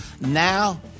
Now